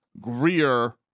Greer